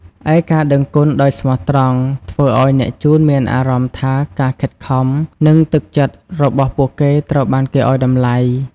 ឯការដឹងគុណដោយស្មោះត្រង់ ធ្វើឲ្យអ្នកជូនមានអារម្មណ៍ថាការខិតខំ និងទឹកចិត្តរបស់ពួកគេត្រូវបានគេឱ្យតម្លៃ។